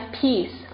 peace